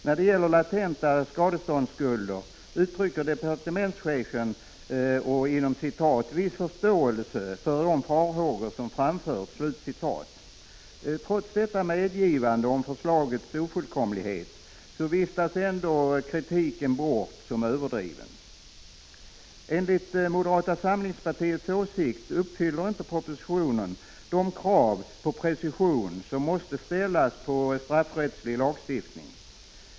När det gäller latenta skadeståndsskul | der uttrycker departementschefen ”viss förståelse för de farhågor som Prot. 1985/86:49 | framförts”. Trots detta medgivande om förslagets ofullkomlighet viftas ändå — 11 december 1985 kritiken bort som överdriven. Enligt moderata samlingspartiets åsikt uppfyller inte propositionen de krav på precision som måste ställas på straffrättslig lagstiftning.